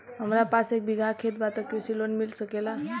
हमरा पास एक बिगहा खेत बा त कृषि लोन मिल सकेला?